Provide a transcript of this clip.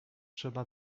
trzeba